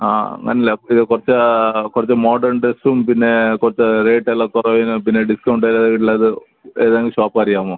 ആ നല്ല പിന്നെ കുറച്ച് കുറച്ച് മോഡേൺ ഡ്രസ്സും പിന്നെ കുറച്ച് റേറ്റെല്ലം കുറവിന് പിന്നെ ഡിസ്കൗണ്ട് ഉള്ളത് ഏതെങ്കിലും ഷോപ്പ് അറിയാമോ